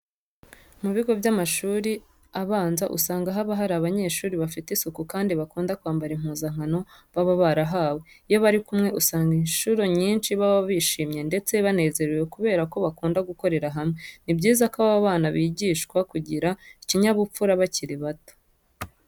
Mu bigo by'amashuri abanza usanga haba hari abanyeshuri bafite isuku kandi bakunda kwambara impuzankano baba barahawe. Iyo bari kumwe usanga incuro nyinshi baba bishimye ndetse banezerewe kubera ko bakunda gukorera hamwe. Ni byiza ko aba bana bigishwa kugira ikinyabupfura bakiri bato.